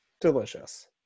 delicious